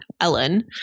Ellen